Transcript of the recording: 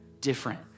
different